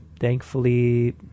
Thankfully